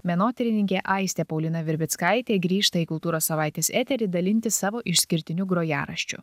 menotyrininkė aistė paulina virbickaitė grįžta į kultūros savaitės eterį dalintis savo išskirtiniu grojaraščiu